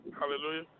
Hallelujah